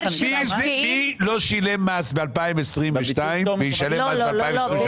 מי לא שילם מס בשנת 2022, וישלם מס ב-2023?